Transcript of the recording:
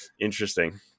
Interesting